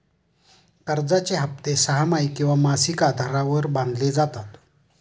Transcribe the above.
कर्जाचे हप्ते सहामाही किंवा मासिक आधारावर बांधले जातात